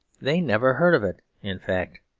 they never heard of it, in fact.